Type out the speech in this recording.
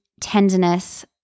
tenderness